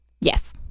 Yes